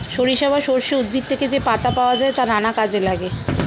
সরিষা বা সর্ষে উদ্ভিদ থেকে যে পাতা পাওয়া যায় তা নানা কাজে লাগে